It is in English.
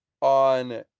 on